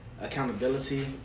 accountability